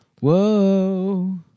Whoa